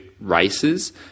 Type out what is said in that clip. races